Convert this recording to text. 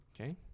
Okay